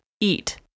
eat